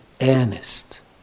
earnest